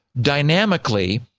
dynamically